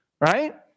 right